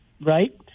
right